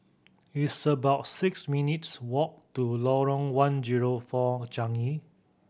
it's about six minutes' walk to Lorong One Zero Four Changi